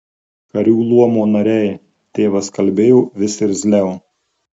karių luomo nariai tėvas kalbėjo vis irzliau